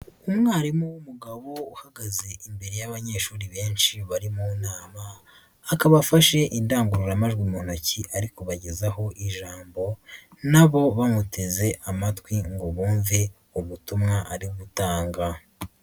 Umwarimu w'umugabo uhagaze imbere y'abanyeshuri benshi bari mu nama, akaba afashe indangururamajwi mu ntoki ari kubagezaho ijambo na bo bamuteze amatwi ngo bumve ubutumwa ari gutanga.